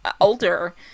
older